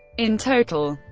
in total,